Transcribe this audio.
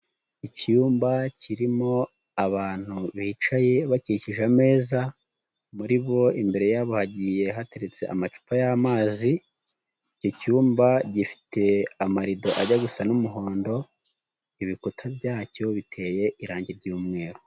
Icyumba kirimo abantu bicaye bakikije ameza, muri bo imbere yabo hagiye hateretse amacupa y'amazi, icyo cyumba gifite amarido ajya gusa n'umuhondo ibikuta byacyo biteye irangi ry'umweru.